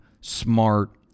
smart